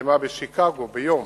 שנחתמה בשיקגו ביום